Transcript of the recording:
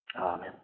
Amen